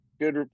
good